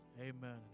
Amen